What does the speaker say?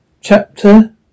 Chapter